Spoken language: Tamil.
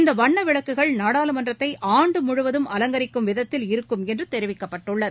இந்த வண்ண விளக்குகள் நாடாளுமன்றத்தை ஆண்டு முழுவதும் அலங்கரிக்கும் விதத்தில் இருக்கும் என்று தெரிவிக்கப்பட்டுள்ளது